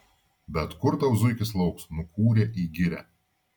bet kur tau zuikis lauks nukūrė į girią